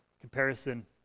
comparison